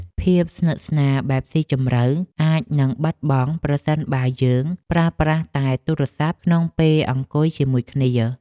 ភាពស្និទ្ធស្នាលបែបស៊ីជម្រៅអាចនឹងបាត់បង់ ប្រសិនបើយើងប្រើប្រាស់តែទូរស័ព្ទក្នុងពេលអង្គុយជាមួយគ្នា។